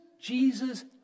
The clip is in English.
Jesus